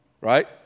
right